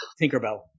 Tinkerbell